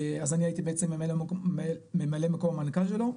אז אני הייתי בעצם ממלא מקום המנכ"ל שלו,